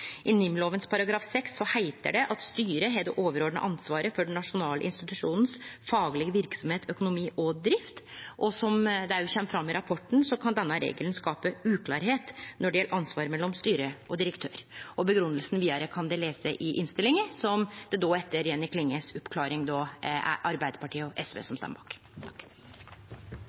I NIM-loven § 6 heiter det: «Styret har det overordnete ansvaret for den nasjonale institusjonens faglige virksomhet, økonomi og drift.» Som det òg kjem fram i rapporten, kan denne regelen skape uklarleik når det gjeld ansvar mellom styre og direktør. Grunngjevinga vidare kan de lese i innstillinga, som det då etter oppklaringa frå Jenny Klinge er Arbeidarpartiet og SV som